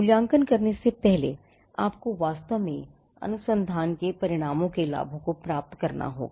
मूल्यांकन करने से पहले आपको वास्तव में अनुसंधान के परिणामों के लाभों को प्राप्त करना होगा